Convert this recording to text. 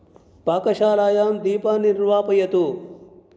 पाकशालायां दीपान् निर्वापयतु